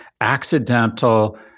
accidental